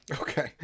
Okay